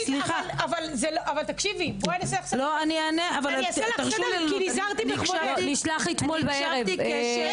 אני אעשה סדר כי נזהרתי בכבודך, איפה המחקר?